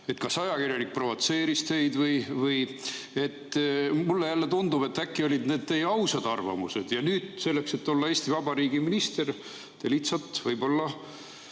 Kas ajakirjanik provotseeris teid? Mulle jälle tundub, et äkki olid need teie ausad arvamused, aga nüüd, selleks et olla Eesti Vabariigi minister, te lihtsalt võib-olla